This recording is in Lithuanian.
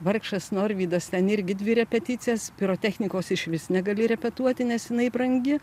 vargšas norvydas ten irgi dvi repeticijas pirotechnikos išvis negali repetuoti nes jinai brangi